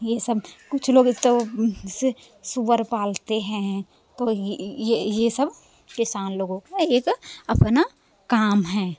ये सब कुछ लोग तो सूअर पालते हैं तो ये ये ये सब किसान लोगों का ये सब अपना काम हैं